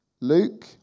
Luke